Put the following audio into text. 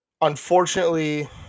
unfortunately